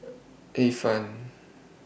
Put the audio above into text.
Ifan